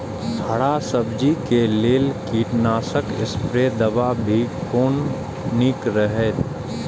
हरा सब्जी के लेल कीट नाशक स्प्रै दवा भी कोन नीक रहैत?